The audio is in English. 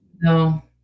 no